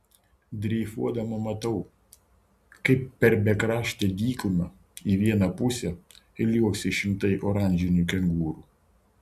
dreifuodama matau kaip per bekraštę dykumą į vieną pusę liuoksi šimtai oranžinių kengūrų